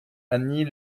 annie